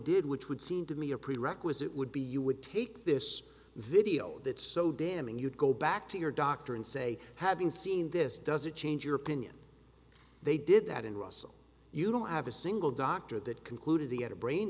did which would seem to me a prerequisite would be you would take this video that so damning you'd go back to your doctor and say having seen this doesn't change your opinion they did that in russell you don't have a single doctor that concluded he had a brain